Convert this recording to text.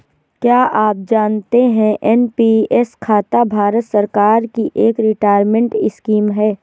क्या आप जानते है एन.पी.एस खाता भारत सरकार की एक रिटायरमेंट स्कीम है?